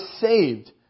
saved